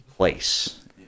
place